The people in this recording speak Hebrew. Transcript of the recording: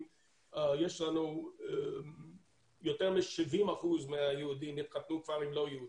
יש לנו יותר מ-70% מהיהודים שהתחתנו עם לא יהודים,